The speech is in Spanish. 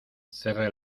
cerré